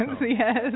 yes